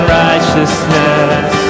righteousness